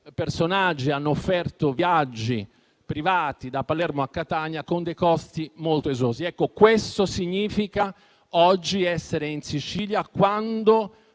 personaggi hanno offerto viaggi privati da Palermo a Catania con dei costi molto esosi. Questo significa oggi essere in Sicilia quando